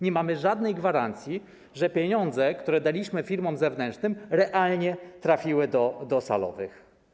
Nie mamy żadnej gwarancji, że pieniądze, które daliśmy firmom zewnętrznym, realnie trafiły do salowych.